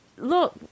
Look